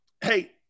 Hey